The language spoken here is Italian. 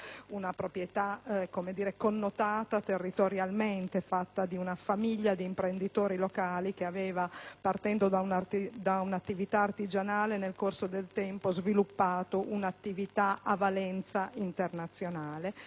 storica, connotata territorialmente, (una famiglia di imprenditori locali che partendo da un'attività artigianale aveva nel tempo sviluppato un'attività a valenza internazionale)